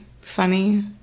funny